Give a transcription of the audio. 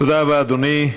תודה רבה, אדוני.